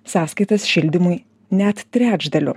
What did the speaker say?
sąskaitas šildymui net trečdaliu